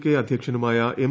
K അധ്യക്ഷനുമായ M